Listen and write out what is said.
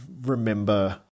remember